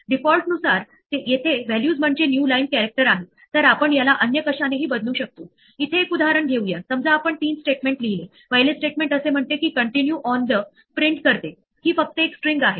तर शेवटी जर विशेषतः या उदाहरणामध्ये माझ्याजवळ झिरो डिव्हिजन एरर होती तर कारण एखादी इंडेक्स एरर नाही आणि ही नेम एरर नाही हे यामधून एकामागून एक जाईल आणि इकडे येईल इथे शोधेल की की त्या प्रकारातली एरर नाही